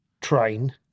train